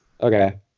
okay